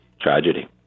tragedy